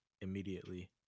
immediately